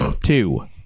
Two